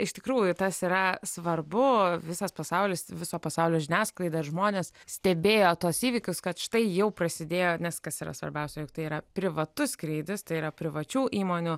iš tikrųjų tas yra svarbu visas pasaulis viso pasaulio žiniasklaida žmonės stebėjo tuos įvykius kad štai jau prasidėjo nes kas yra svarbiausia jog tai yra privatus skrydis tai yra privačių įmonių